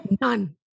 none